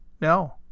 No